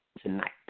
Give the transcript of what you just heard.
tonight